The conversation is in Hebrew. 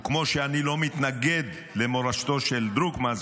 וכמו שאני לא מתנגד למורשתו של דרוקמן,